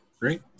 Great